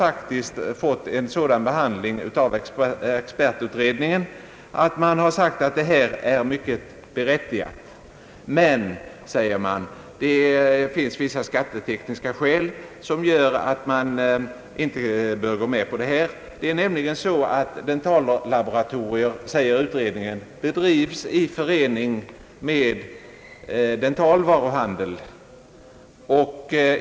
Men, sade utredningen, det finns vissa skattetekniska skäl som gör att man inte kan gå med på undantag. Det är nämligen så, sade utredningen, att dentallaboratorier ofta drivs i förening med dentalvaruhandel.